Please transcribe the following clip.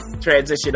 transition